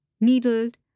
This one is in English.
needled